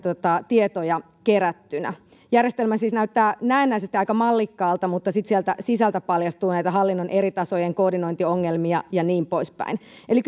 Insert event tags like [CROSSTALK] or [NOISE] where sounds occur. tietoja kerättynä järjestelmä siis näyttää näennäisesti aika mallikkaalta mutta sitten sieltä sisältä paljastuu näitä hallinnon eri tasojen koordinointiongelmia ja niin poispäin eli [UNINTELLIGIBLE]